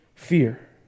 Fear